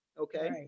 Okay